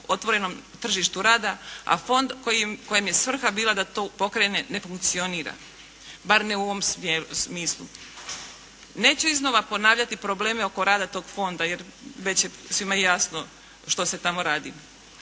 otvorenom tržištu rada a Fond kojem je svrha bila da to pokrene ne funkcionira bar ne u ovom smislu. Neću iznova ponavljati probleme oko rada tog Fonda jer već je svima jasno što se tamo radi.